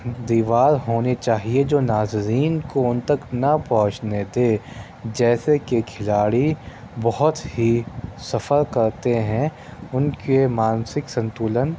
دیوار ہونی چاہیے جو ناظرین کو اُن تک نہ پہنچنے دے جیسے کہ کھلاڑی بہت ہی سفر کرتے ہیں اُن کے مانسک سنتولن